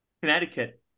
Connecticut